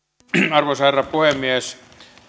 arvoisa herra puhemies